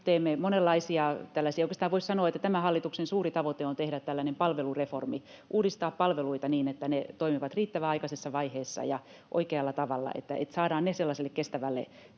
Me puramme normeja. Oikeastaan voisi sanoa, että tämän hallituksen suuri tavoite on tehdä tällainen palvelureformi, uudistaa palveluita niin, että ne toimivat riittävän aikaisessa vaiheessa ja oikealla tavalla, että saadaan ne sellaiselle kestävälle